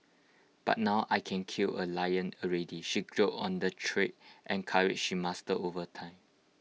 but now I can kill A lion already she joked on the trade and courage she mastered over time